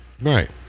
Right